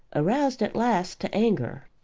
aroused at last to anger.